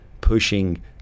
pushing